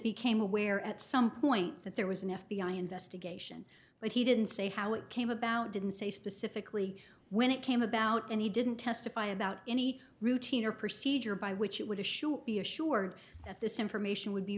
became aware at some point that there was an f b i investigation but he didn't say how it came about didn't say specifically when it came about and he didn't justify about any routine or procedure by which it would assure be assured that this information would be